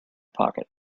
pocket